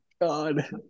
God